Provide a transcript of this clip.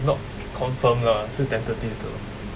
not confirm lah 是 tentative 的